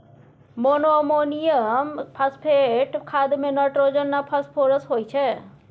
monoammonium phosphate खाद मे nitrogen आ फास्फोरस होइ छै